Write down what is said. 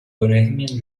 bohemian